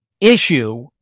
issue